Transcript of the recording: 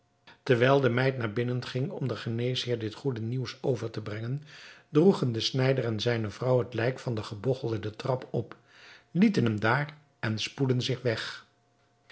terwijl de meid naar binnen ging om den geneesheer dit goede nieuws over te brengen droegen de snijder en zijne vrouw het lijk van den gebogchelde den trap op lieten hem daar en spoedden zich weg